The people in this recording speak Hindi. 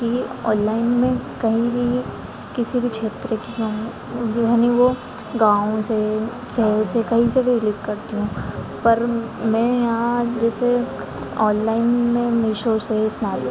कि ओनलाइन में कहीं भी किसी भी क्षेत्र की हो यानी वो गाँव से शहर से कहीं से भी करती हूँ पर मैं यहाँ जैसे ओनलाइन में मीशो से स्नेप